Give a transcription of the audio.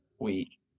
week